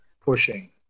pushing